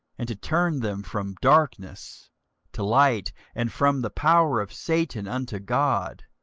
and to turn them from darkness to light, and from the power of satan unto god,